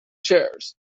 chairs